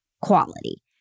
quality